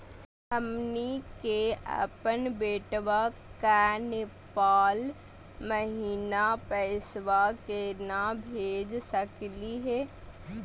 हमनी के अपन बेटवा क नेपाल महिना पैसवा केना भेज सकली हे?